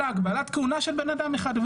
אלא הגבלת כהונה של בן אדם אחד.